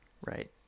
right